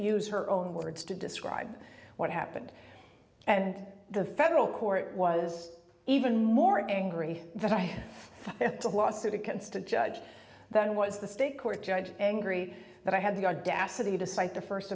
use her own words to describe what happened and the federal court was even more angry that i have to lawsuit against a judge than was the state court judge angry that i had the audacity to cite the first